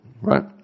right